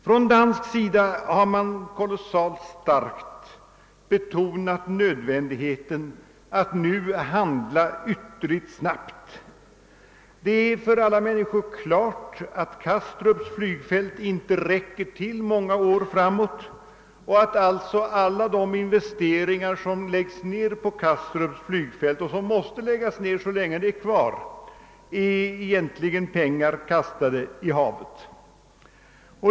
Från dansk sida har man kolossalt starkt betonat nödvändigheten av att nu handla ytterligt snabbt. Det står för alla människor klart att Kastrups flygfält inte räcker till många år framåt och att alltså alla de investeringar som läggs ned på detta, och som måste läggas ned så länge det är kvar, egentligen är pengar kastade i havet.